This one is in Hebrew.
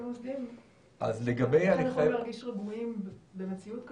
המוסדיים יכולים להרגיש רגועים במציאות כזו,